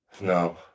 No